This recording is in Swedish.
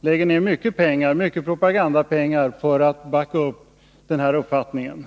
lägger ner mycket propagandapengar för att backa upp den.